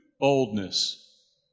boldness